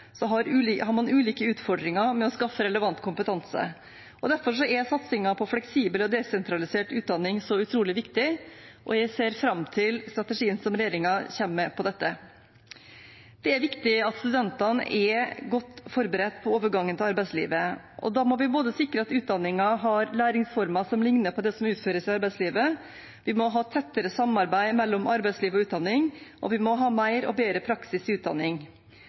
har man ulike utfordringer med å skaffe relevant kompetanse. Derfor er satsingen på fleksibel og desentralisert utdanning så utrolig viktig, og jeg ser fram til strategien som regjeringen kommer med på dette. Det er viktig at studentene er godt forberedt på overgangen til arbeidslivet. Da må vi både sikre at utdanningen har læringsformer som likner på det som utføres i arbeidslivet, vi må ha tettere samarbeid mellom arbeidsliv og utdanning, og vi må ha mer og bedre praksis i utdanning.